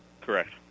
Correct